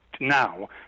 Now